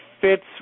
fits